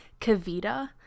Kavita